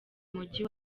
mujyi